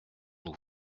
nous